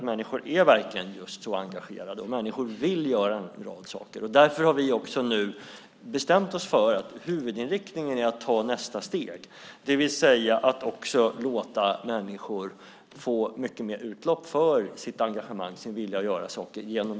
Människor är verkligen engagerade. Människor vill göra bra saker. Därför har vi bestämt oss för att huvudinriktningen är att ta nästa steg, det vill säga att genom stödjande insatser låta människor få mycket mer utlopp för sitt engagemang och sin vilja att göra saker.